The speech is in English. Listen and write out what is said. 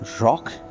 rock